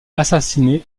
assassinée